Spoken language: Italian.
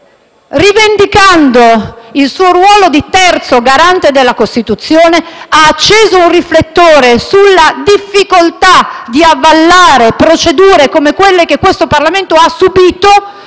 rivendicando il suo ruolo di terzo garante della Costituzione, ha acceso un riflettore sulla difficoltà di avallare procedure come quelle che ha subito